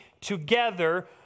together